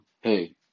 hey